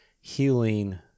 healing